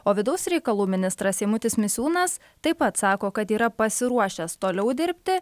o vidaus reikalų ministras eimutis misiūnas taip pat sako kad yra pasiruošęs toliau dirbti